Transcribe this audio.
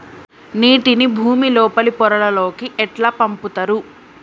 నీటిని భుమి లోపలి పొరలలోకి ఎట్లా పంపుతరు?